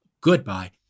Goodbye